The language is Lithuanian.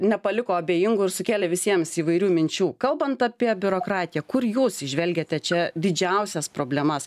nepaliko abejingų ir sukėlė visiems įvairių minčių kalbant apie biurokratiją kur jūs įžvelgiate čia didžiausias problemas